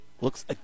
looks